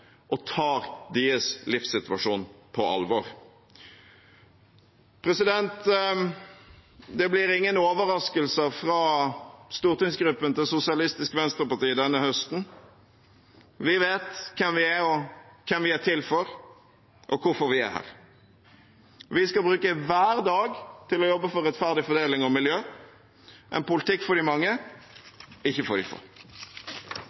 og tar deres livssituasjon på alvor. Det blir ingen overraskelser fra stortingsgruppen til Sosialistisk Venstreparti denne høsten. Vi vet hvem vi er, hvem vi er til for, og hvorfor vi er her. Vi skal bruke hver dag til å jobbe for rettferdig fordeling og miljø – en politikk for de mange, ikke for de få.